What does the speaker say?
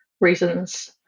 reasons